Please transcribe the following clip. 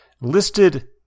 listed